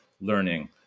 learning